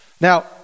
Now